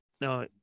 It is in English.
No